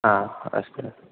ह अस्तु अस्तु